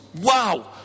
wow